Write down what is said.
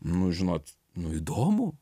nu žinot nu įdomu